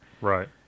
Right